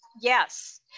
yes